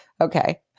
Okay